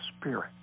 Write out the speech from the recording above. spirit